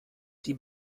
die